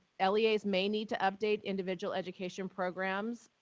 leas may need to update individual education programs